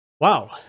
Wow